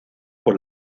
por